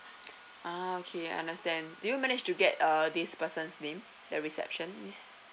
ah okay I understand did you manage to get uh this person's name the receptionist